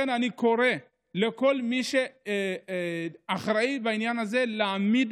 אני קורא לכל מי שאחראי לעניין הזה להעמיד